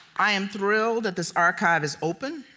i am thrilled that this archive is open.